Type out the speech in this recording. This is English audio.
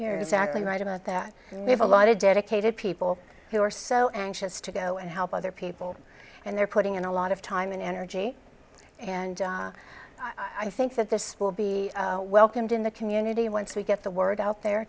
you're exactly right about that and we have a lot of dedicated people who are so anxious to go and help other people and they're putting in a lot of time and energy and i think that this will be welcomed in the community once we get the word out there